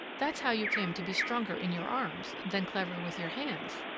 that's how you came to be stronger in your arms than clever with your hands.